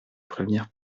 prévenir